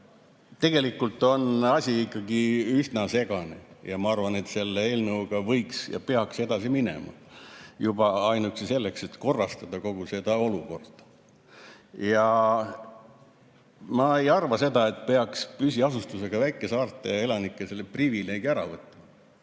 Tegelikult on asi ikkagi üsna segane. Ma arvan, et selle eelnõuga võiks ja peaks edasi minema juba ainuüksi selleks, et korrastada kogu seda olukorda. Ma ei arva seda, et peaks püsiasustusega väikesaarte elanikelt selle privileegi ära võtma.